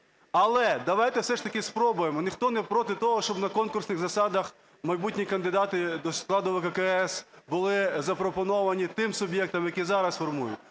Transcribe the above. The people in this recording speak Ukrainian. Але давайте все ж таки спробуємо. Ніхто не проти того, щоб на конкурсних засадах майбутні кандидати до складу ВККС були запропоновані тим суб'єктом, які зараз формують.